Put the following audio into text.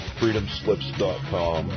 freedomslips.com